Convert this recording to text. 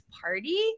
party